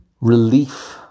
relief